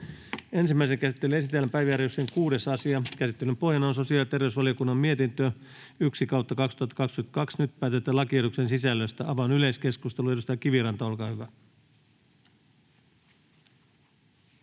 Ensimmäiseen käsittelyyn esitellään päiväjärjestyksen 6. asia. Käsittelyn pohjana on sosiaali- ja terveysvaliokunnan mietintö StVM 1/2022 vp. Nyt päätetään lakiehdotusten sisällöstä. — Avaan yleiskeskustelun. Edustaja Kiviranta, olkaa hyvä.